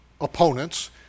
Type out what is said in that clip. opponents